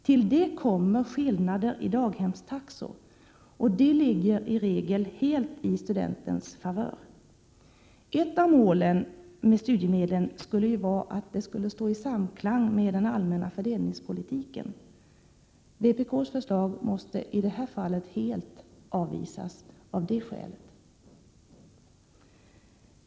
Till detta kommer skillnad i daghemstaxor, som i regel ligger helt i stundentens favör. Ett av målen med studiemedlen skulle vara att det skall stå i samklang med den allmänna fördelningspolitiken. Vpk:s förslag måste av det skälet helt avvisas.